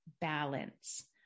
balance